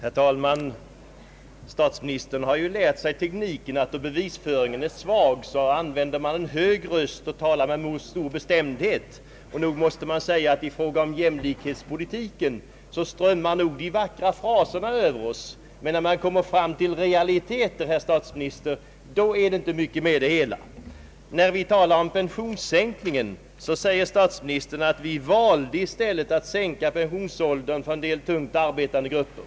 Herr talman! Statsministern har lärt sig tekniken att om bevisföringen är svag använder man en hög röst och talar med stor bestämdhet. Men nog måste man säga att i fråga om jämlikhetspolitiken strömmar de vackra fraserna över oss, men när man kommer fram till realiteter, herr statsminister, är det inte mycket med det hela. När vi talar om pensionsålderns sänkning säger statsministern, att ”vi valde i stället att sänka pensionsåldern för en del tungt arbetande grupper”.